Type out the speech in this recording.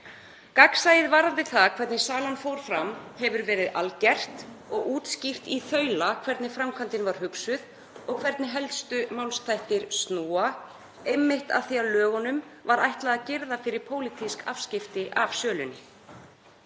Gagnsæið varðandi það hvernig salan fór fram hefur verið algert og útskýrt í þaula hvernig framkvæmdin var hugsuð og hvernig helstu málsþættir snúa, einmitt af því að lögunum var ætlað að girða fyrir pólitísk afskipti af sölunni.